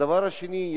והדבר השני,